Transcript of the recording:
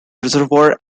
reservoir